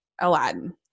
Aladdin